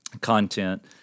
content